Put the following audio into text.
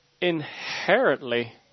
inherently